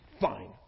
Fine